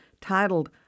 Titled